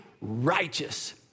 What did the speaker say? righteous